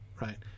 right